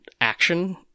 action